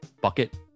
bucket